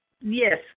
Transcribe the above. Yes